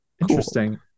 Interesting